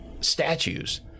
statues